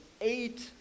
eight